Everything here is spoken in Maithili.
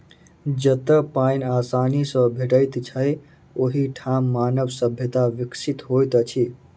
जतअ पाइन आसानी सॅ भेटैत छै, ओहि ठाम मानव सभ्यता विकसित होइत अछि